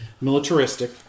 militaristic